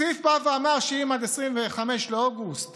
הסעיף אמר שאם עד 25 באוגוסט